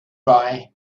bye